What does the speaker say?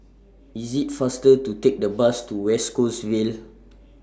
IT IS faster to Take The Bus to West Coast Vale